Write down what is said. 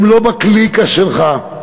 הם לא בקליקה שלך,